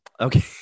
Okay